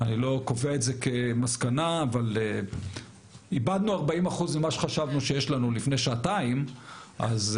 אני לא קובע את זה כמסקנה אבל איבדנו 40% ממה שחשבנו לפני שעתיים אז,